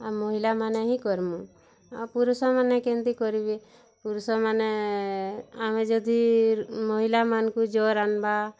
ଆଉ ମହିଲାମାନେ ହିଁ କର୍ମୁଁ ଆଉ ପୁରୁଷମାନେ କେମ୍ତି କରିବେ ପୁରୁଷମାନେ ଆମେ ଯଦି ମହିଲାମାନଙ୍କୁ ଜର୍ ଆନ୍ବା